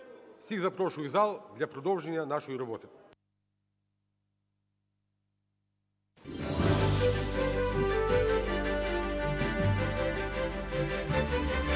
всіх запрошую в зал для продовження нашої роботи.